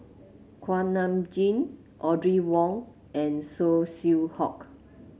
Kuak Nam Jin Audrey Wong and Saw Swee Hock